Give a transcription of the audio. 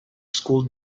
school